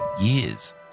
years